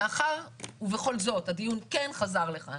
ומאחר ובכל זאת הדיון כן חזר לכאן,